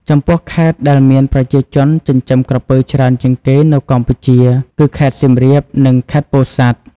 ចំពោះខេត្តដែលមានប្រជាជនចិញ្ចឹមក្រពើច្រើនជាងគេនៅកម្ពុជាគឺ ខេត្តសៀមរាប និង ខេត្តពោធិ៍សាត់។